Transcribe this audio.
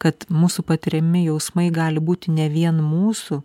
kad mūsų patiriami jausmai gali būti ne vien mūsų